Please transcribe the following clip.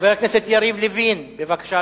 חבר הכנסת יריב לוין, בבקשה,